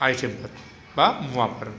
आयटेमफोर बा मुवाफोर